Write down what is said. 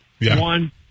One